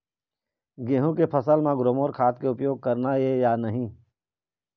गेहूं के फसल म ग्रोमर खाद के उपयोग करना ये या नहीं?